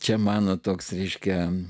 čia mano toks ryškią